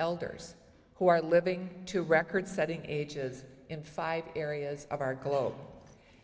elders who are living to a record setting ages in five areas of our globe